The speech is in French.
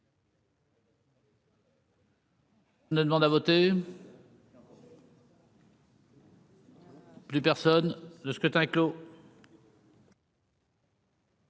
La demande à voter. Plus personne, le scrutin est clos.